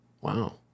Wow